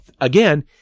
again